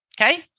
Okay